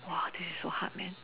what this is so hard man